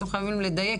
אתם חייבים לדייק,